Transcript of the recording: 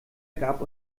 gab